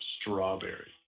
strawberry